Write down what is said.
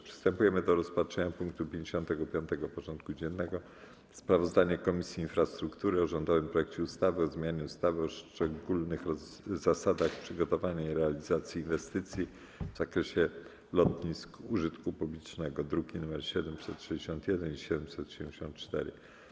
Przystępujemy do rozpatrzenia punktu 55. porządku dziennego: Sprawozdanie Komisji Infrastruktury o rządowym projekcie ustawy o zmianie ustawy o szczególnych zasadach przygotowania i realizacji inwestycji w zakresie lotnisk użytku publicznego (druki nr 761 i 774)